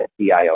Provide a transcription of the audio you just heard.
CIO